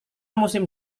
musim